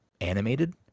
Animated